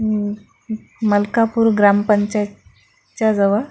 मलकापूर ग्रामपंचायतच्या जवळ